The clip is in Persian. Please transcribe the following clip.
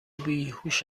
بیهوش